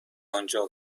آنجا